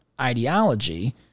ideology